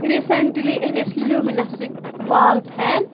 recently ٲنۍ اَسہِ لیوٗمِنَسِک وال فین